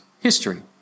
history